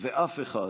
ואף אחד